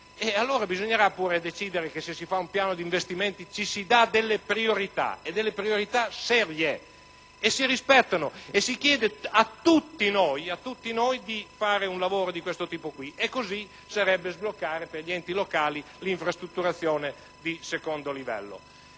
Paesi. Bisognerà allora decidere che, se si fa un piano di investimenti, ci si dà delle priorità e priorità serie, che si rispettano, e si chiede a tutti noi di fare un lavoro di questo tipo. Così si potrebbe sbloccare per gli enti locali l'infrastrutturazione di secondo livello.